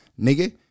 nigga